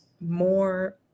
more